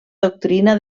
doctrina